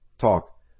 talk